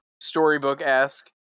storybook-esque